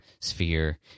sphere